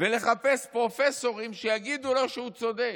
לחפש פרופסורים שיגידו לו שהוא צודק,